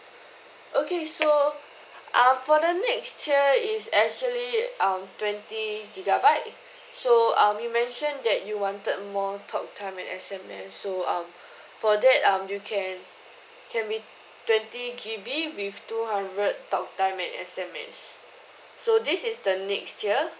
okay so err for the next tier is actually um twenty gigabyte so um you mentioned that you wanted more talk time and S_M_S so um for that um you can can be twenty G_B with two hundred talk time and S_M_S so this is the next tier